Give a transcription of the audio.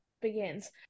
Begins